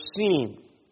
seen